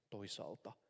Toisaalta